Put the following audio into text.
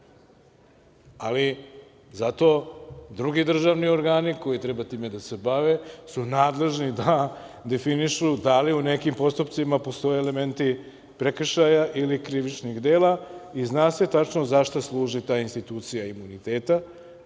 ali zato drugi državni organi koji treba time da se bave su nadležni da definišu, da li u nekim postupcima postoje elementi prekršaja ili krivičnih dela i zna se tačno zašto služi ta institucija imuniteta,